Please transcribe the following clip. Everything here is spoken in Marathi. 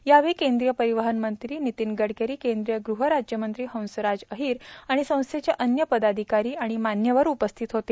यावेळी केंद्रीय परिवहन मंत्री नितीन गडकरी केंद्रीय गृह राज्यमंत्री हंसराज अहीर आणि संस्थेचे अन्य पदाधिकारी व मान्यवर उपस्थित होते